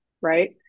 right